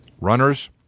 Runners